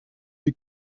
die